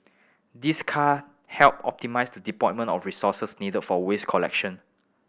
this can help optimise the deployment of resources needed for waste collection